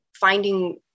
finding